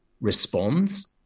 responds